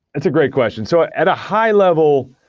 it's a great question. so at a high level,